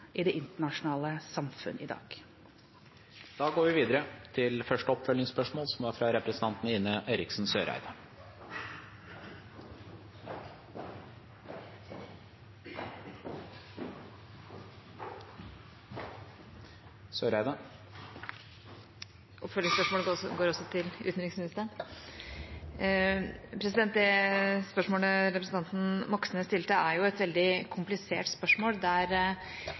i det internasjonale samfunnet i dag. Ine Eriksen Søreide – til oppfølgingsspørsmål. Det spørsmålet representanten Moxnes stilte, er et veldig komplisert spørsmål, der bl.a. spørsmålet om politisering av domstolene har vært et tilbakevendende tema. Det er